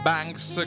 Banks